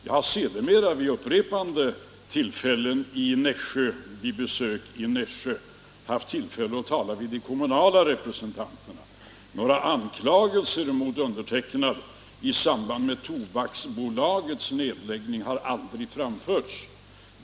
Jag har sedermera vid upprepade tillfällen vid besök i Nässjö haft tillfälle att tala med de kommunala representanterna. Några anklagelser mot un dertecknad i samband med Tobaksbolagets nedläggning har aldrig fram förts.